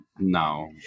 No